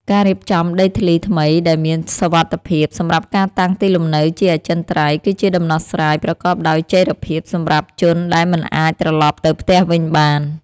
ការរៀបចំដីធ្លីថ្មីដែលមានសុវត្ថិភាពសម្រាប់ការតាំងទីលំនៅជាអចិន្ត្រៃយ៍ គឺជាដំណោះស្រាយប្រកបដោយចីរភាពសម្រាប់ជនដែលមិនអាចត្រឡប់ទៅផ្ទះវិញបាន។